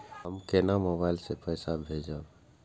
हम केना मोबाइल से पैसा भेजब?